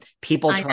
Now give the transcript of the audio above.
people